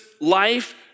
life